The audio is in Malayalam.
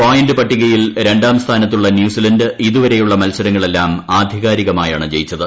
പോയിന്റ് പട്ടികയിൽ രണ്ടാം സ്ഥാനത്തുള്ള ന്യൂസിലാന്റ് ഇതുവരെയുള്ള മത്സരങ്ങളെല്ലാം ആധികാരികമായാണ് ജയിച്ചത്